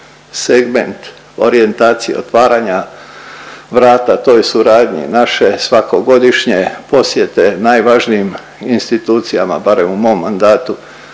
segment orijentacije otvaranja vrata toj suradnji, naše svakogodišnje posjete najvažnijim institucijama barem u mom mandatu,